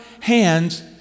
hands